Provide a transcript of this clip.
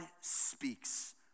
Speaks